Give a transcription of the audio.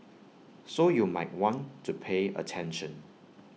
so you might want to pay attention